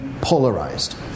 polarized